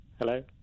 Hello